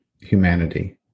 humanity